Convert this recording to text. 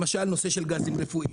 למשל, נושא של גזים רפואיים.